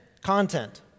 content